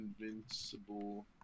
Invincible